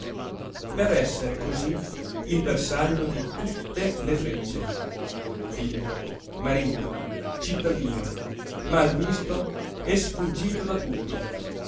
per essere cosí il bersaglio di tutte le frecce figlio marito cittadino malvisto e sfuggito da tutti